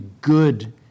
good